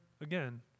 again